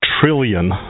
trillion